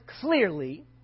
clearly